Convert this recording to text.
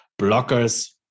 blockers